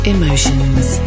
emotions